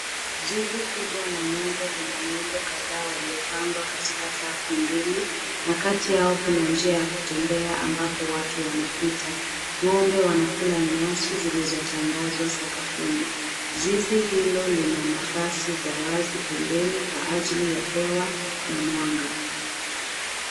Zizi kubwa la ng'ombe lina ng'ombe kadhaa waliopangwa katika safu mbili na kati yao kuna njia ya kutembea ambapo watu wanapita. Ng'ombe wanakula nyasi zilizo tandazwa sakafuni. Zizi hilo lina nafasi za wazi pembeni kwa ajili ya hewa na na mwanga.